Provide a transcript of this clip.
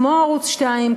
כמו ערוץ 2,